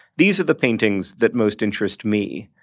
these are the paintings that most interest me.